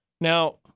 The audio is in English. Now